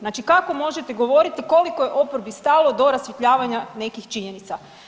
Znači kako možete govoriti koliko je oporbi stalo do rasvjetljavanja nekih činjenica.